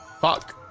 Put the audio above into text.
fuck